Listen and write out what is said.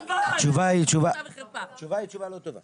התשובה היא תשובה לא טובה.